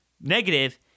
negative